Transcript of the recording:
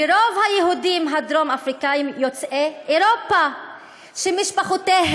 ורוב היהודים הדרום-אפריקנים הם יוצאי אירופה שמשפחותיהם